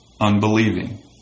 unbelieving